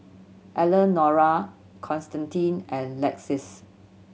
Elenora Constantine and Lexis